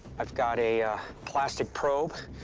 i've got a plastic probe.